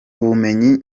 ubumenyi